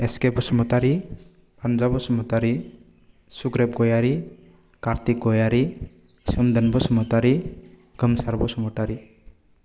S K Basumatary Phanja Basumatary Sugreb Gayari Kartik Gayari Somdon Basumatary Gomsar Basumatary